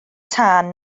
tân